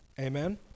Amen